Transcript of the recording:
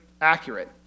accurate